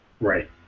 Right